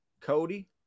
Cody